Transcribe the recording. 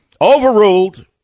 overruled